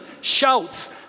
shouts